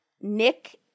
Nick